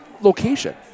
location